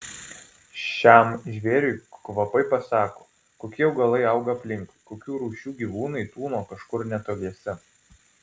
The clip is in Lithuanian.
šiam žvėriui kvapai pasako kokie augalai auga aplinkui kokių rūšių gyvūnai tūno kažkur netoliese